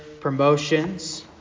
promotions